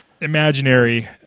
imaginary